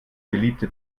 beliebte